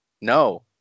No